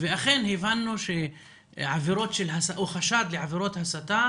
ואכן הבנו שעבירות או חשד לעבירות הסתה